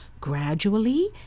Gradually